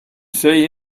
see